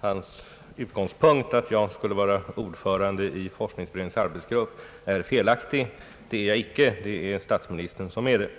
hans utgångspunkt att jag skulle vara ordförande i forskningsberedningens arbetsgrupp är felaktig. Det är jag inte, det är statsministern som är ordförande.